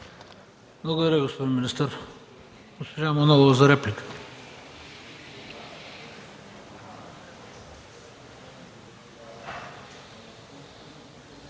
Благодаря, господин министър. Госпожа Манолова – реплика.